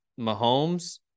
Mahomes